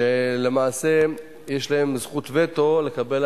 עברה בקריאה ראשונה ותועבר לוועדה לביקורת